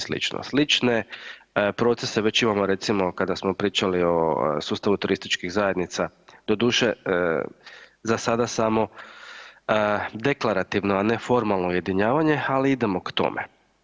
Slične procese već imamo, recimo, kada smo pričali o sustavu turističkih zajednica, doduše, za sada samo deklarativno, a ne formalno ujedinjavanje, ali idemo k tome.